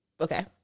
okay